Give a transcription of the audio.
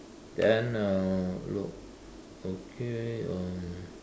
then uh look okay um